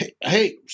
Hey